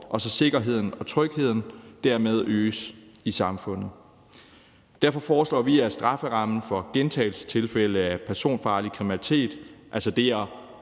og så sikkerheden og trygheden i samfundet dermed øges. Derfor foreslår vi, at strafferammen for gentagelsestilfælde af personfarlig kriminalitet,